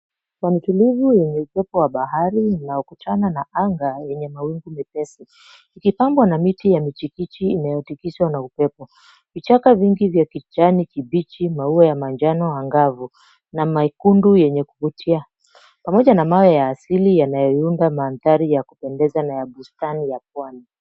Pwani tulivu yenye upepo wa bahari na unaokutana na anga yenye mawingu mepesi. Ikipambwa na miti ya michikichi inayotikiswa na upepo. Vichaka vingi vya kijani kibichi, maua ya manjano angavu na mekundu yenye kuvutia. Pamoja na mawe ya asili yanayoiunda mandhari ya kupendeza na ya bustani ya pwani.